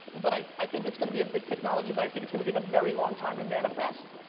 but i i think it's going to be a big technology but i think it's gonna take a very long time to manifest.